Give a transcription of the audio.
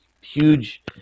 huge